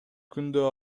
күндө